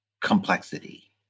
complexity